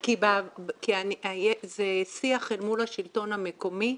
כי זה שיח אל מול השלטון המקומי,